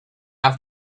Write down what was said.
have